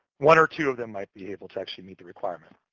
one or two of them might be able to actually meet the requirement.